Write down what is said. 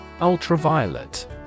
Ultraviolet